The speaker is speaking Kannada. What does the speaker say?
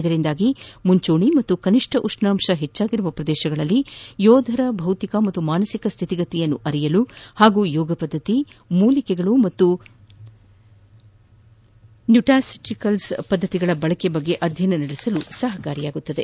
ಇದರಿಂದಾಗಿ ಮುಂಚೂಣಿ ಮತ್ತು ಕನಿಷ್ಣ ಉಷ್ಣಾಂಶ ಹೆಚ್ಚಿರುವ ಪ್ರದೇಶಗಳಲ್ಲಿ ಯೋಧರ ಭೌತಿಕ ಮತ್ತು ಮಾನಸಿಕ ಸ್ಥಿತಿಗತಿ ಅರಿಯಲು ಹಾಗೂ ಯೋಗ ಪದ್ದತಿ ಗಿಡಮೂಲಿಕೆಗಳು ಮತ್ತು ನ್ಯೂಟ್ಯಾಸಿಟಿಕಲ್ಪ್ ಪದ್ದತಿಗಳ ಬಳಕೆ ಬಗ್ಗೆ ಅಧ್ಯಯನ ನಡೆಸಲು ಸಹಕಾರಿಯಾಗುತ್ತದೆ